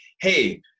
hey